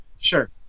Sure